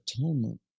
Atonement